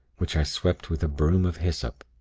which i swept with a broom of hyssop